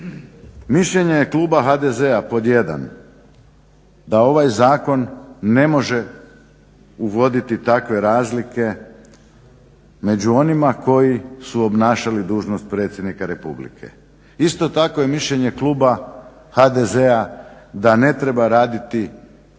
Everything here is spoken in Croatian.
Mišljenje je kluba HDZ-a pod jedan, da ovaj Zakon ne može uvoditi takve razlike među onima koji su obnašali dužnost predsjednika Republike. Isto tako je mišljenje kluba HDZ-a da ne treba raditi zbog